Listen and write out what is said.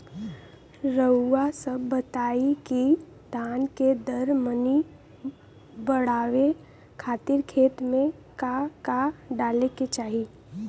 रउआ सभ बताई कि धान के दर मनी बड़ावे खातिर खेत में का का डाले के चाही?